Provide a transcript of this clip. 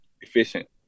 efficient